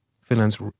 Finland's